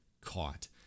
caught